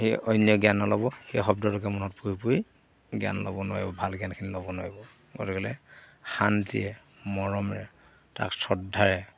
সেই অন্য জ্ঞান নল'ব সেই শব্দলৈকে মনত পৰি পৰি জ্ঞান ল'ব নোৱাৰিব ভাল জ্ঞানখিনি ল'ব নোৱাৰিব গতিকেলে শান্তিৰে মৰমেৰে তাক শ্ৰদ্ধাৰে